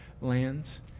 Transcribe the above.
lands